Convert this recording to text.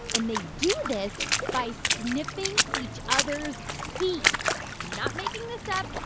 and they do this by sniffing each other's pee not making this up.